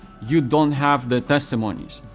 you don't have the testimonies.